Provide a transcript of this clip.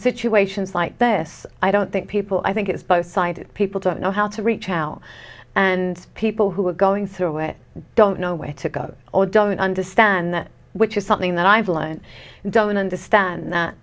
situations like this i don't think people i think it's both sides people don't know how to reach out and people who are going through it don't know where to go or don't understand that which is something that i feel and don't understand that